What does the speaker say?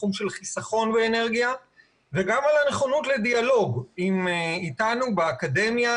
בתחום של חסכון באנרגיה וגם על הנכונות לדיאלוג אתנו באקדמיה,